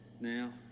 now